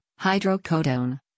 hydrocodone